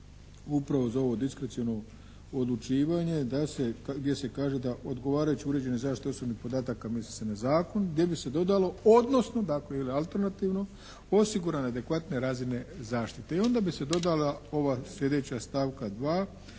upravo za ovu diskreciono odlučivanje gdje se kaže da odgovarajući uređaji zaštite osobnih podataka misli se na zakon gdje bi se dodalo odnosno, dakle ili alternativno osigurane adekvatne razine zaštite. I onda bi se dodala ova sljedeća stavka 2.